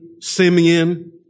Simeon